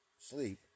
sleep